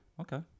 Okay